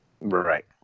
Right